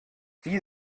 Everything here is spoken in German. wie